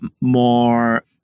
more